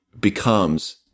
becomes